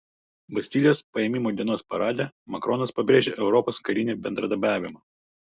bastilijos paėmimo dienos parade macronas pabrėžė europos karinį bendradarbiavimą